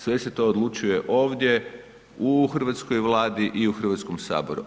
Sve se to odlučuje ovdje u hrvatskoj Vladi i u Hrvatskom saboru.